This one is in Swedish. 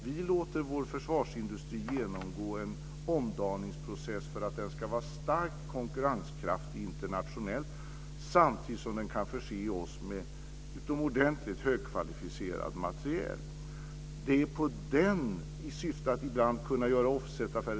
Vi låter vår försvarsindustri genomgå en omdaningsprocess för att den ska vara starkt konkurrenskraftig internationellt, samtidigt som den kan förse oss med utomordentligt högkvalificerad materiel i syfte att ibland kunna göra offsetaffärer.